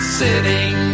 sitting